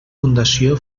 fundació